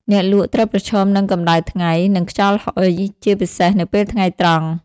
អ្នកលក់ត្រូវប្រឈមនឹងកម្ដៅថ្ងៃ និងខ្យល់ហុយ ជាពិសេសនៅពេលថ្ងៃត្រង់។